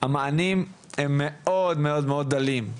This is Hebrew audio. המענים הם מאוד מאוד דלים.